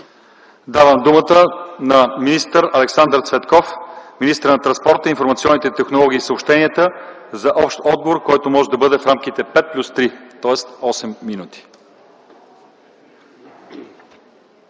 Давам думата на господин Александър Цветков – министър на транспорта, информационните технологии и съобщенията, за общ отговор, който може да бъде в рамките на 5 плюс 3 минути,